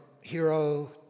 hero